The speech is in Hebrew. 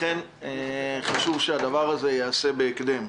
לכן חשוב שהדבר הזה ייעשה בהקדם.